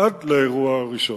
עד לאירוע הראשון,